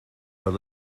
are